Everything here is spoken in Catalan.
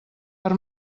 per